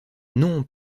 non